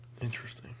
Interesting